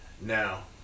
Now